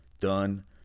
done